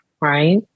right